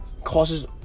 causes